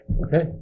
Okay